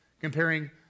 Comparing